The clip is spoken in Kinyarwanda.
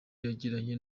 yagiranye